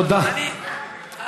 לא, היא צריכה להתנצל, יש גבול.